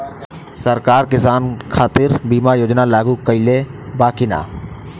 सरकार किसान खातिर बीमा योजना लागू कईले बा की ना?